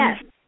yes